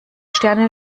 sterne